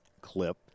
clip